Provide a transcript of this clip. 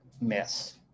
Miss